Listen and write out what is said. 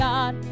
God